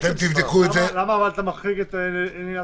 למה אתה מחריג את אילת?